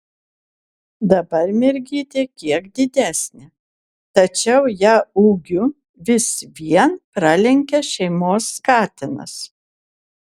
dabar mergytė kiek didesnė tačiau ją ūgiu vis vien pralenkia šeimos katinas